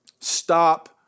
Stop